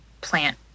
plant